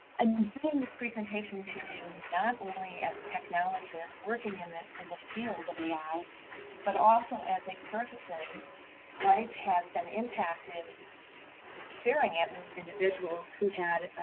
am bringing this presentation to you not only as technologists working in the in the field of ai but also as a person whose life has been impacted sharing it with individuals who had a